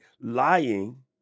lying